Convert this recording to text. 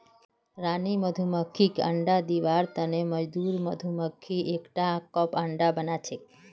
रानी मधुमक्खीक अंडा दिबार तने मजदूर मधुमक्खी एकटा कप बनाछेक